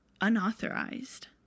unauthorized